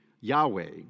Yahweh